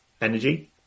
energy